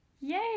Yay